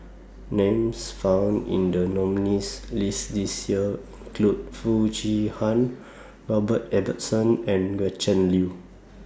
Names found in The nominees' list This Year include Foo Chee Han Robert Ibbetson and Gretchen Liu